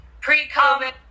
pre-COVID